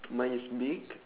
mine is big